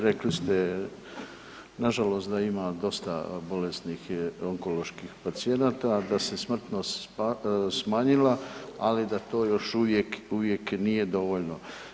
Rekli ste, nažalost da ima dosta bolesnih onkoloških pacijenata, da se smrtnost smanjila, ali da to još uvijek nije dovoljno.